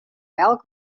elk